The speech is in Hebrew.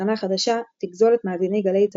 שהתחנה החדשה תיגזול את מאזיני גל"צ